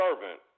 servant